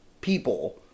people